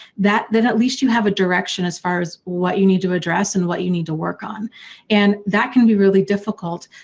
that, then at least you have a direction as far as what you need to address and what you need to work on and that can be really difficult.